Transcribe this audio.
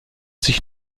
sich